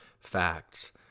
facts